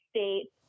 States